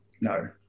No